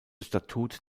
statut